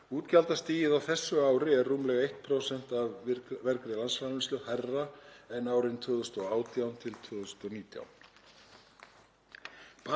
Útgjaldastigið á þessu ári er rúmlega 1% af vergri landsframleiðslu hærra en árin 2018–2019.